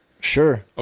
Sure